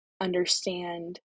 understand